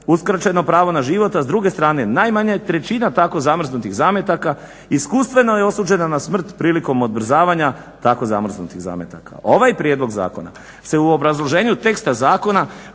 uskraćeno pravo na život, a s druge strane najmanje trećina tako zamrznutih zametaka iskustveno je osuđena na smrt prilikom odmrzavanja tako zamrznutih zametaka. Ovaj prijedlog zakona se u obrazloženju teksta zakona